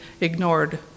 ignored